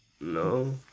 No